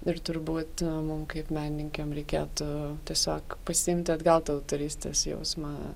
ir turbūt mum kaip menininkėm reikėtų tiesiog pasiimti atgal tą autorystės jausmą